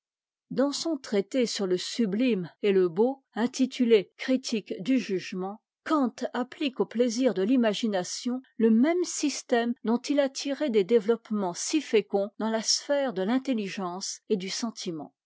dans son traité sur le sublime et le beau intitulé critique du yeme kant applique aux plaisirs de l'imagination le même système dont il a tiré des développements si féconds dans a sphère de l'intelligence et du sentiment